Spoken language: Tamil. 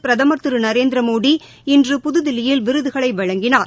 பிரதமர் திரு நரேந்திர மோடி இன்று புதுதில்லியில் விருதுகளை வழங்கினார்